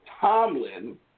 Tomlin